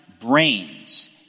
brains